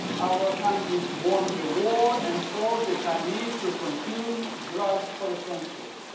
our countries won the war, and forced the chinese to consume drugs for a century.